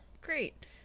Great